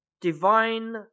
divine